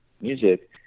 music